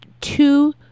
two